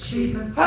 Jesus